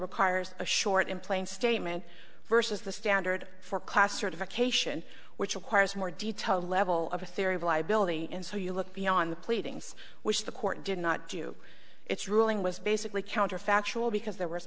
requires a short in plain statement versus the standard for class certification which requires more detailed level of the theory of liability and so you look beyond the pleadings which the court did not do its ruling was basically counterfactual because there was